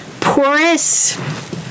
porous